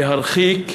להרחיק,